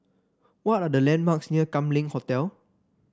what are the landmarks near Kam Leng Hotel